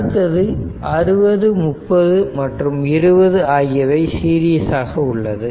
அடுத்து 60 30 மற்றும் 20 ஆகியவை சீரிஸாக உள்ளது